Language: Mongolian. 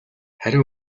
харин